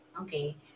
okay